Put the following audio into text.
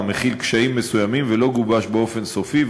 מכיל קשיים מסוימים ולא גובש באופן סופי,